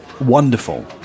wonderful